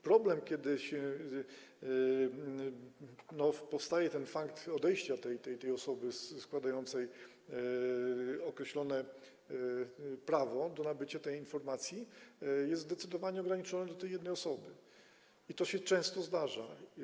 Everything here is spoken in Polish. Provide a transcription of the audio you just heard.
Problem, kiedy następuje fakt odejścia tej osoby składającej określone prawo do nabycia tej informacji, jest zdecydowanie ograniczony do tej jednej osoby, i to się często zdarza.